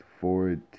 Forward